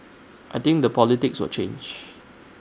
I think the politics will change